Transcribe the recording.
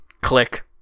Click